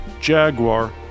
Jaguar